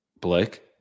Blake